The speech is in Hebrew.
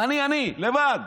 אני, אני לבד.